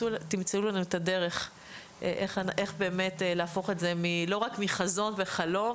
תמצאו לנו את הדרך להפוך את זה להיות לא רק חזון וחלום,